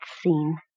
scene